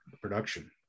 production